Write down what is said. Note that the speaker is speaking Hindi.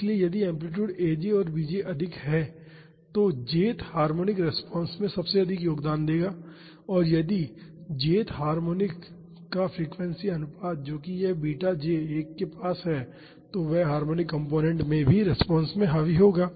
इसलिए यदि एम्पलीटूड aj और bj अधिक हैं तो j th हार्मोनिक रिस्पांस में अधिक योगदान देगा और यदि j th हार्मोनिक का फ्रीक्वेंसी अनुपात जोकि यह बीटा j 1 के पास है तो वह हार्मोनिक कॉम्पोनेन्ट भी रिस्पांस में हावी होगा